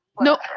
No